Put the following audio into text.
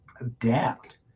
adapt